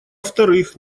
вторых